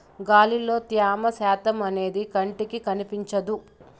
గాలిలో త్యమ శాతం అనేది కంటికి కనిపించదు